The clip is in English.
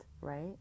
Right